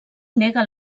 nega